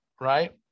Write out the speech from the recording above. right